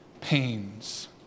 pains